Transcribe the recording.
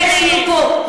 אף אחד לא יבוא בתנאים האלה.